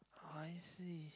I see